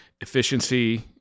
efficiency